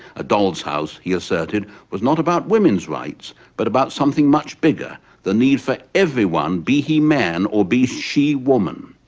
a doll's house, he asserted, was not about women's rights but about something much bigger the need for everyone, be he man or be she woman,